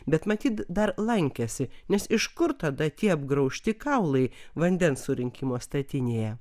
bet matyt dar lankėsi nes iš kur tada tie apgraužti kaulai vandens surinkimo statinėje